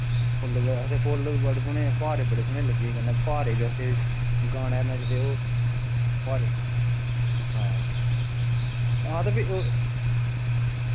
फुल्ल ते आखदे फुल्ल बी बड़े सोह्ने फुहारे बड़े सोह्ने लग्गी दे कन्नै फुहारे बी आखदे गानै नचदे ओह् फुहारे हां हां ते फ्ही ओ